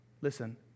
listen